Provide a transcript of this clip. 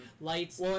lights